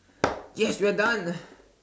yes we're done